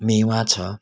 मेवा छ